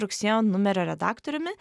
rugsėjo numerio redaktoriumi